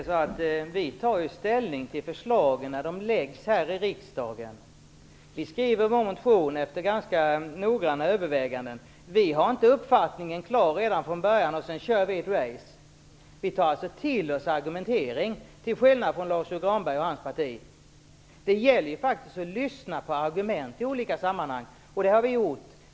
Fru talman! Vi tar ställning till förslagen när de läggs fram här i riksdagen. Vi skriver våra motioner efter ganska noggranna överväganden. Det är inte så att vi redan från början har en klar uppfattning och sedan kör ett "race". Vi tar till oss argumentering, till skillnad från Lars U Granberg och hans parti. Det gäller att lyssna på argument i olika sammanhang. Det har vi gjort.